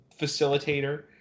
facilitator